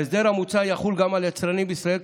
ההסדר המוצע יחול גם על יצרנים בישראל,